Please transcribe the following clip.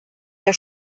der